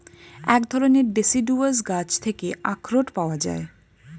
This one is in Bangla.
এক ধরণের ডেসিডুয়াস গাছ থেকে আখরোট পাওয়া যায়